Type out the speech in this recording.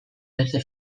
beste